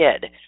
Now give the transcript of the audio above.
kid